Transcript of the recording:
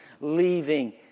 leaving